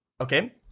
Okay